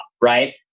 right